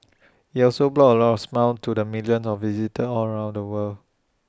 he also brought A lots of smiles to the millions of visitors all around the world